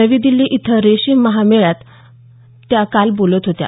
नवी दिल्ली इथं रेशीम महामेळाव्यात त्या काल बोलत होत्या